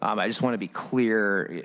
um i just want to be clear,